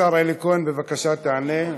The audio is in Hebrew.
השר אלי כהן, בבקשה, תענה.